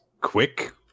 quick